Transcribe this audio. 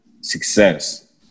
success